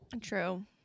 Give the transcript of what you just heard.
True